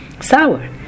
sour